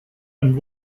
and